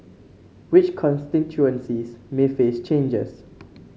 which constituencies may face changes